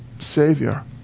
Savior